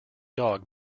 dog